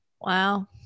Wow